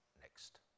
next